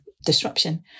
disruption